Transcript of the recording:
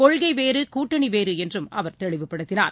கொள்கைவேறு கூட்டணிவேறுஎன்றும் அவர் தெளிவுபடுத்தினார்